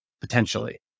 potentially